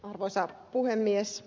arvoisa puhemies